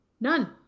None